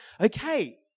Okay